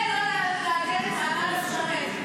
זה לא לעגן את מעמד המשרת,